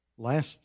Last